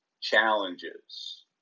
challenges